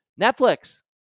Netflix